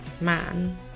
man